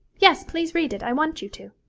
yes, please read it i want you to